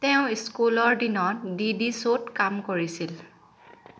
তেওঁ স্কুলৰ দিনত ডিডি শ্ব'ত কাম কৰিছিল